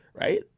Right